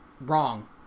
wrong